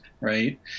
right